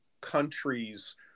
countries